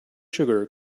sugar